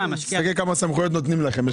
תסתכל כמה סמכויות נותנים לכם,